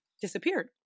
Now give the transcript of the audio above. disappeared